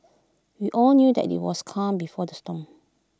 we all knew that IT was calm before the storm